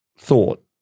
thought